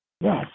Yes